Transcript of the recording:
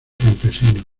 campesinos